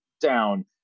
down